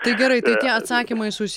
tai gerai tai tie atsakymai sus